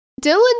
dylan